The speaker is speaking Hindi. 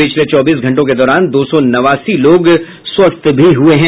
पिछले चौबीस घंटों के दौरान दो सौ नवासी लोग स्वस्थ हुए हैं